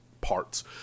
parts